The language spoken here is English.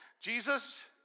Jesus